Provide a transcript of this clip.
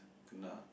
tuna